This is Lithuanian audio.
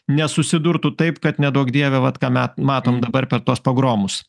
nesusidurtų taip kad neduok dieve vat ką me matom dabar per tuos pogromus